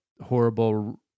horrible